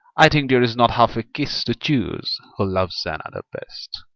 i think there is not half a kiss to choose who loves another best.